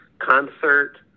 concert